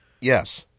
Yes